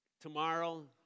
tomorrow